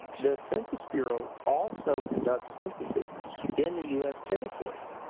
the census bureau also conducts censuses in the us territories.